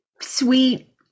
sweet